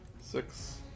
Six